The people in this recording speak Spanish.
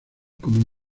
como